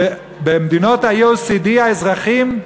שבמדינות ה-OECD האזרחים,